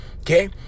Okay